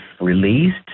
released